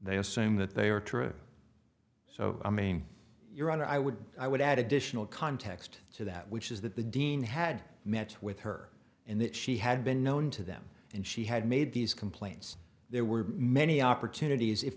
they assume that they are true so i mean your honor i would i would add additional context to that which is that the dean had met with her and that she had been known to them and she had made these complaints there were many opportunities if